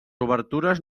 obertures